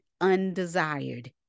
undesired